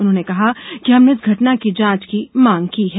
उन्होंने कहा कि हमने इस घटना की जांच की मांग की है